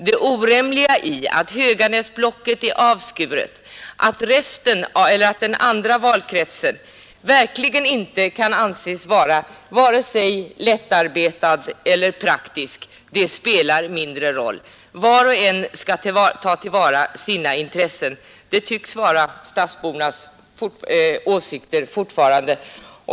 Det orimliga i att Höganäsblocket är avskuret, att den andra valkretsen verkligen inte kan anses vare sig lättarbetad eller praktisk, det spelar mindre roll. Att var och en skall tillvarata sina intressen, tycks fortfarande vara stadsbornas åsikt. Herr talman!